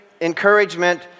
encouragement